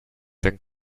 than